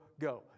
go